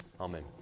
Amen